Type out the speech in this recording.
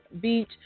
Beach